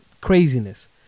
craziness